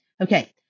Okay